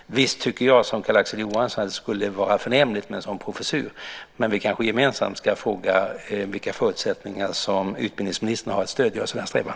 Visst tycker jag, som Carl-Axel Johansson, att det skulle vara förnämligt med en sådan professur, men vi kanske gemensamt ska fråga vilka förutsättningar som utbildningsministern har att stödja oss i den strävan.